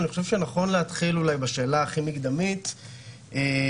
אני חושב שנכון להתחיל אולי בשאלה הכי מקדמית לגבי